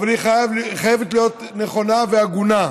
אבל היא חייבת להיות נכונה והגונה.